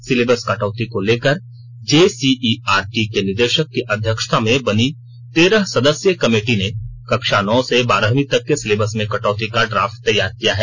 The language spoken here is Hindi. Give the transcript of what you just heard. सिलेबस कटौती को लेकर जेसीईआरटी के निदेशक की अध्यक्षता में बनी तेरह सदस्यीय कमेटी ने कक्षा नौ से बारहवीं तक के सिलेबस में कटौती का ड्राफ्ट तैयार किया है